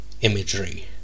Imagery